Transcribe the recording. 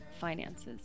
finances